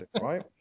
Right